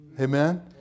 Amen